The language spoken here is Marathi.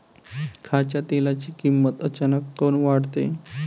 खाच्या तेलाची किमत अचानक काऊन वाढते?